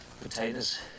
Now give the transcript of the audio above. Potatoes